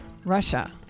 Russia